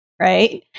right